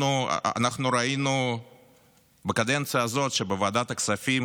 אנחנו ראינו בקדנציה הזאת שבוועדת הכספים